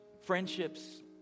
friendships